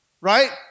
right